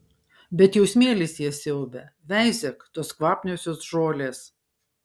bet jau smėlis jas siaubia veizėk tos kvapniosios žolės